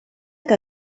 que